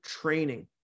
training